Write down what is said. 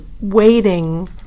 waiting